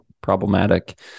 problematic